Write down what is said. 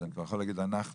אז אני יכול להגיד "אנחנו".